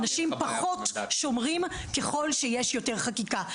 אנשים פחות שומרים ככל שיש יותר חקיקה.